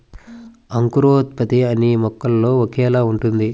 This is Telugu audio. అంకురోత్పత్తి అన్నీ మొక్కలో ఒకేలా ఉంటుందా?